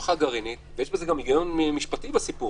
משפחה גרעינית ויש גם היגיון משפטי בסיפור